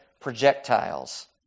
projectiles